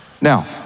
Now